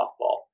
softball